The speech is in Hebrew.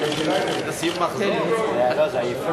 ליה, גם לך יש.